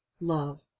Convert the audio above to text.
love